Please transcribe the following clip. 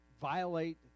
violate